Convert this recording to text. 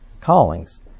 callings